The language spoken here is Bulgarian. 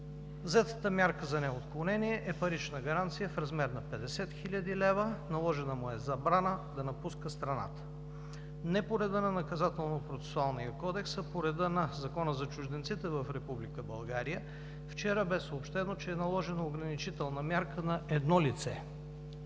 Взетата мярка за неотклонение е парична гаранция в размер на 50 хил. лв., наложена му е забрана да напуска страната. Не по реда на Наказателно-процесуалния кодекс, а по реда на Закона за чужденците в Република България вчера бе съобщено, че е наложена ограничителна мярка за едно лице.